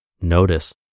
Notice